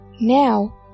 Now